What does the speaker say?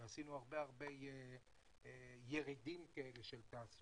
ועשינו הרבה ירידים של תעסוקה,